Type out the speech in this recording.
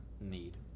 need